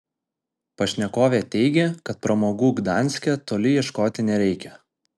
pašnekovė teigė kad pramogų gdanske toli ieškoti nereikia